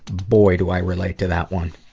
boy, do i relate to that one.